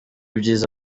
ibyiza